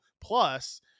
plus